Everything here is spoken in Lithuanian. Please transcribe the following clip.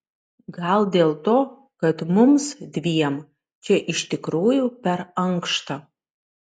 gal dėl to kad mums dviem čia iš tikrųjų per ankšta